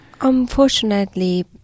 Unfortunately